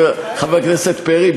חבר הכנסת פרי,